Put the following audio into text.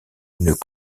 une